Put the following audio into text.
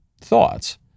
thoughts